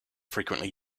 frequently